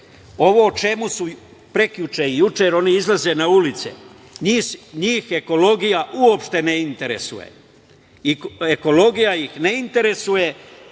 ovo prekjuče i juče, oni izlaze na ulice, njih ekologija uopšte ne interesuje. Ekologija ih ne interesuje,